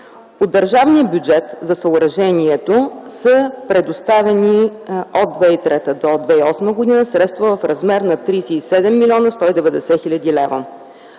държавния бюджет за съоръжението са предоставени от 2003 до 2008 г. средства в размер на 37 млн. 190 хил. лв.